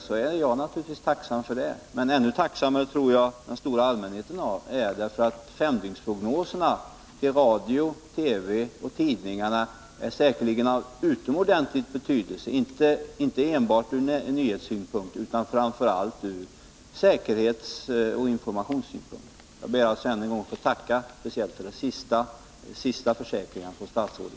Men jag tror att den stora allmänheten blir ännu mer tacksam, eftersom femdygnsprognoserna i radio, TV och tidningar är av utomordentligt stor betydelse, inte enbart ur nyhetssynpunkt utan framför allt ur säkerhetsoch informationssynpunkt. Jag ber alltså att än en gång få tacka för framför allt den senast givna försäkringen från statsrådet.